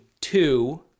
two